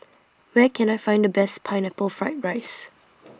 Where Can I Find The Best Pineapple Fried Rice